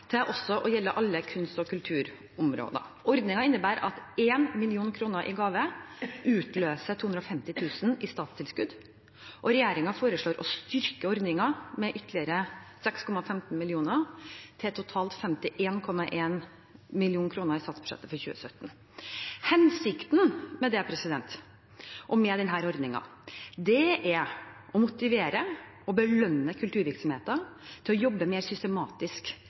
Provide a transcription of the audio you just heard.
til å gjelde alle kunst- og kulturområder. Ordningen innebærer at 1 mill. kr i gave utløser 250 000 kr i statstilskudd, og regjeringen foreslår å styrke ordningen med ytterligere 6,15 mill. kr til totalt 51,1 mill. kr i statsbudsjettet for 2017. Hensikten med det, og med denne ordningen, er å motivere og belønne kulturvirksomheter til å jobbe mer systematisk